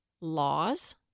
laws